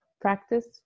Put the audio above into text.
practice